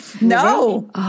No